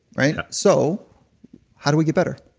right? yeah so how do we get better?